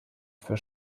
für